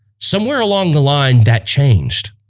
somewhere along the line that changed